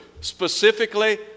specifically